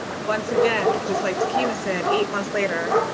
once again, just like takiema said, eight months later.